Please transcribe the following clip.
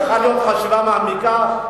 צריכה להיות חשיבה מעמיקה.